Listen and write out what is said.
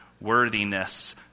worthiness